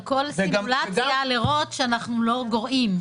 על כל סימולציה, לראות שאנחנו לא גורעים.